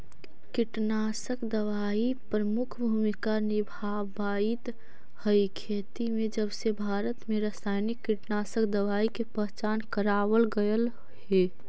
कीटनाशक दवाई प्रमुख भूमिका निभावाईत हई खेती में जबसे भारत में रसायनिक कीटनाशक दवाई के पहचान करावल गयल हे